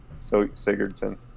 Sigurdsson